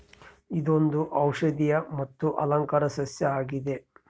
ಇದೊಂದು ಔಷದಿಯ ಮತ್ತು ಅಲಂಕಾರ ಸಸ್ಯ ಆಗಿದೆ